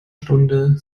stunde